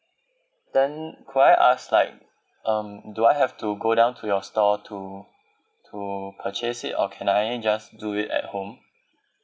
then could I ask like um do I have to go down to your store to to purchase it or can I just do it at home